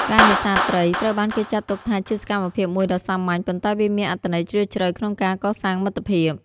ការនេសាទត្រីត្រូវបានគេចាត់ទុកថាជាសកម្មភាពមួយដ៏សាមញ្ញ ប៉ុន្តែវាមានអត្ថន័យជ្រាលជ្រៅក្នុងការកសាងមិត្តភាព។